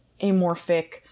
amorphic